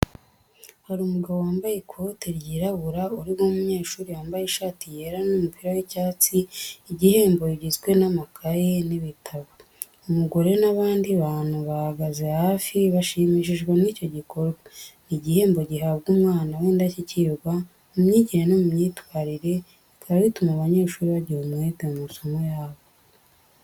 Hari umugabo wambaye ikote ryirabura uri guha umunyeshuri wambaye ishati yera n’umupira w’icyatsi ibihembo bigizwe n'amakaye n'ibitabo. Umugore n’abandi bantu bahagaze hafi bashimishijwe n'icyo gikorwa. Ni igihembo gihabwa umwana w'indashyikirwa mu myigire no myitwarire, bikaba bituma abanyeshuri bagira umwete mu masomo yabo.